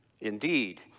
Indeed